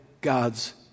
God's